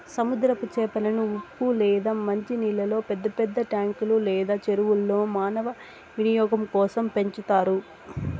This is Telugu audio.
సముద్రపు చేపలను ఉప్పు లేదా మంచి నీళ్ళల్లో పెద్ద పెద్ద ట్యాంకులు లేదా చెరువుల్లో మానవ వినియోగం కోసం పెంచుతారు